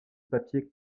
papier